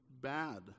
bad